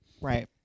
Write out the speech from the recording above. Right